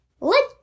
let